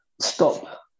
stop